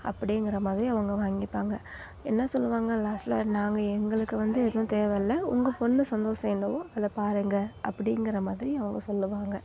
அப்படிங்கிற மாதிரி அவங்க வாங்கிப்பாங்க என்ன சொல்லுவாங்க லாஸ்ட்டில் நாங்கள் எங்களுக்கு வந்து எதுவுமே தேவை இல்லை உங்கள் பொண்ணு சந்தோசம் என்னவோ அதை பாருங்க அப்படிங்கிற மாதிரி அவங்க சொல்லுவாங்க